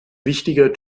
wichtiger